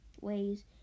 ways